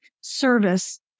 service